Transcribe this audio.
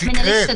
את הקראת,